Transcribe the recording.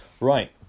Right